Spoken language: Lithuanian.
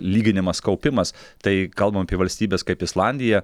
lyginimas kaupimas tai kalbam apie valstybes kaip islandija